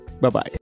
Bye-bye